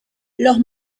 los